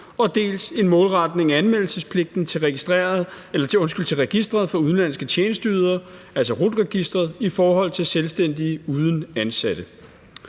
dels en målretning af anmeldelsespligten til Registret for Udenlandske Tjenesteydere, altså RUT-registeret, i forhold til selvstændige uden ansatte.